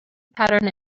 pattern